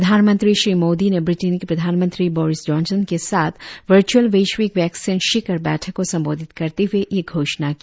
प्रधानमंत्री श्री नरेन्द्र मोदी ने ब्रिटेन के प्रधानमंत्री बोरिस जॉनसन के साथ वर्चुअल वैश्विक वैक्सीन शिखर बैठक को संबोधित करते हए यह घोषणा की